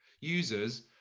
users